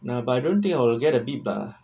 ya but I don't think I will get a beep lah